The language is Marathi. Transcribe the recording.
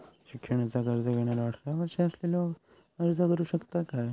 शिक्षणाचा कर्ज घेणारो अठरा वर्ष असलेलो अर्ज करू शकता काय?